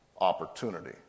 opportunity